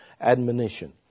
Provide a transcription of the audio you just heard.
admonition